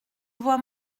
vois